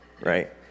Right